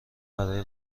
برای